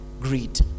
greed